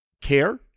care